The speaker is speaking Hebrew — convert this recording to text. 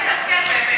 חברת הכנסת השכל, באמת.